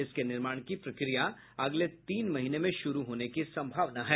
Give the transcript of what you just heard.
इसके निर्माण की प्रक्रिया अगले तीन महीने में शुरू होने की संभावना है